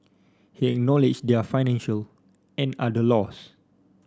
he acknowledged their financial and other loss